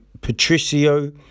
Patricio